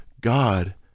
God